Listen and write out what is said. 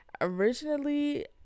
originally